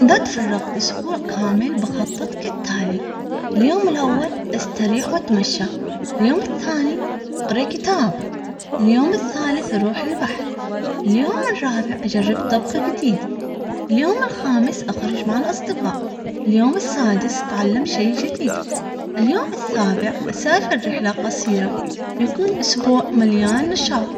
لاتفرغ اسبوع كامل بخطط كالتالي اليوم الاول استريح واتمشى اليوم الثاني اقرأ كتاب اليوم الثالث بروح البحر اليوم الرابع اجرب طبخ جديد اليوم الخامس اخرج مع الاصدقاء اليوم السادس اتعلم شي جديد اليوم السابع اسافر رحلة قصيرة ويكون اسبوع مليان نشاط.